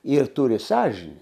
ir turi sąžinę